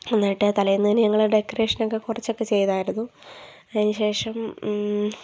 എന്നിട്ട് തലേന്ന് തന്നെ ഞങ്ങൾ ഡെക്കറേഷനൊക്കെ കുറച്ചൊക്കെ ചെയ്തായിരുന്നു അതിന് ശേഷം